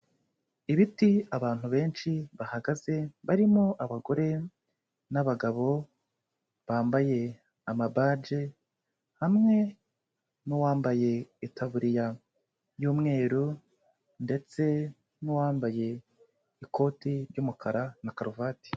Ibiti, abantu benshi bahagaze barimo abagore n'abagabo, bambaye amabaji hamwe nuwambaye itaburiya y'umweru ndetse n'uwambaye ikoti ry'umukara na karuvati.